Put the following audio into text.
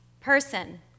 person